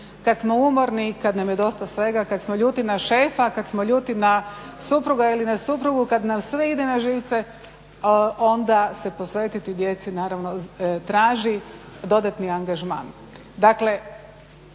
Kad smo umorni, kada nam je dosta svega, kad smo ljuti na šefa, kad smo ljuti na supruga ili na suprugu, kad nam sve ide na živce onda se posvetiti djeci, naravno, traži dodatni angažman.